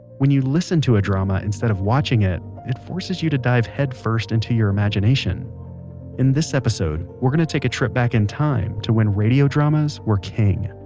when you listen to drama instead of watching it, it forces you to dive headfirst into your imagination in this episode, we're going to take a trip back in time to when radio dramas were king